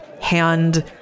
hand